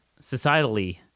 societally